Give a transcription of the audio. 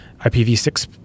IPv6